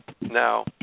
Now